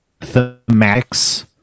thematics